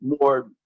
more